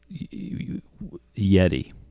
Yeti